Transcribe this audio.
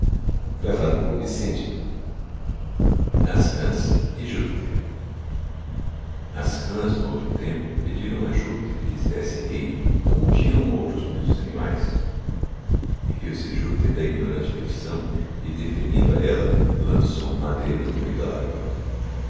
por palavra as rãs e júpiter as rãs n'outro tempo pedirão a júpiter lhes desse rei como tinlião outros muitos animaes rio se júpiter da ignoraiíle petição e deferindo a ella lançou hum madeiro no meio da lagoa